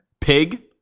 Pig